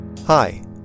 Hi